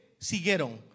siguieron